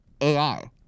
AI